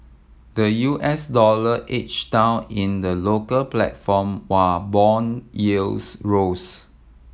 the U S dollar each down in the local platform while bond yields rose